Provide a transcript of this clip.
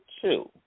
two